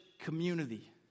community